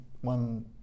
one